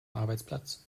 arbeitsplatz